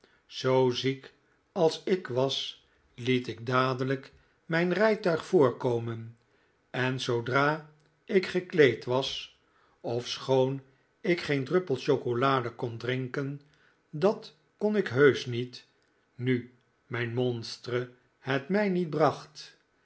zoo ziek als ik was liet ik dadelijk mijn rijtuig voorkomen en zoodra ik gekleed was ofschoon ik geen druppel chocolade kon drinken dat kon ik heusch niet nu mijn monstre het mij niet bracht